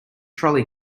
trolley